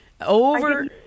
over